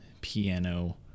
piano